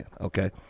Okay